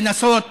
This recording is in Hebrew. לנסות